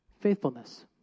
faithfulness